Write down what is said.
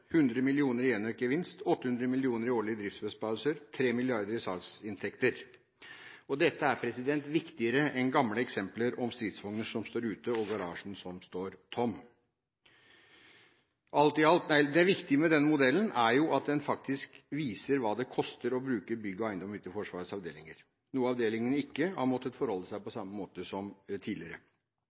100 mill. kr i enøkgevinst, 800 mill. kr i årlige driftsbesparelser, 3 mrd. kr i salgsinntekter. Dette er viktigere enn gamle eksempler om stridsvogner som står ute, og garasjen som står tom. Det viktige med denne modellen er at den faktisk viser hva det koster å bruke bygg og eiendom ute i Forsvarets avdelinger, noe avdelingene ikke har måttet forholde seg til på samme måte som tidligere.